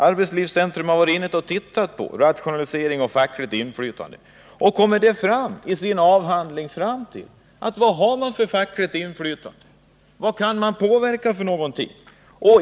Arbetslivscentrum har sett på rationalisering och fackligt inflytande i detta företag och kommer i sin avhandling fram till att man kan fråga sig vad arbetarna har för fackligt inflytande, vad de kan påverka.